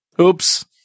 Oops